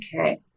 Okay